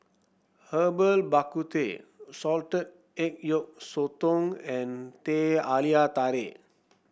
Herbal Bak Ku Teh Salted Egg Yolk Sotong and Teh Halia Tarik